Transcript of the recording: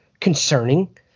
concerning